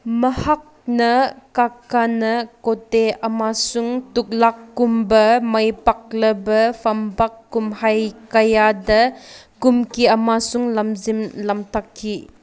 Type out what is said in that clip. ꯃꯍꯥꯛꯅ ꯀꯥꯀꯥꯅ ꯀꯣꯇꯦ ꯑꯃꯁꯨꯡ ꯇꯨꯛꯂꯥꯛꯀꯨꯝꯕ ꯃꯥꯏ ꯄꯥꯛꯂꯕ ꯐꯝꯕꯥꯛ ꯀꯨꯝꯍꯩ ꯀꯌꯥꯗ ꯀꯨꯝꯈꯤ ꯑꯃꯁꯨꯡ ꯂꯝꯖꯤꯡ ꯂꯝꯇꯥꯛꯈꯤ